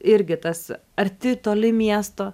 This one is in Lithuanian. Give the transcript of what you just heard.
irgi tas arti toli miesto